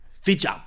Feature